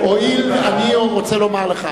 אני רציתי לשאול אם אני רשאי להשתתף בהצבעה הזאת